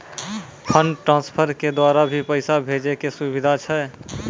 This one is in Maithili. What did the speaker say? फंड ट्रांसफर के द्वारा भी पैसा भेजै के सुविधा छै?